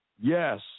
yes